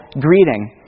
greeting